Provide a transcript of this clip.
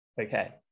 Okay